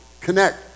Connect